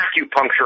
acupuncture